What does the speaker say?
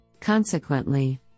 Consequently